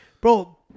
bro